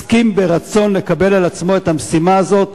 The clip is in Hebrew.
הסכים ברצון לקבל על עצמו את המשימה הזאת,